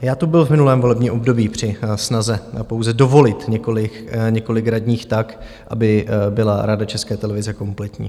Já tu byl v minulém volebním období při snaze pouze dovolit několik radních tak, aby byla Rada České televize kompletní.